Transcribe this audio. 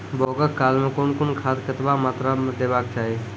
बौगक काल मे कून कून खाद केतबा मात्राम देबाक चाही?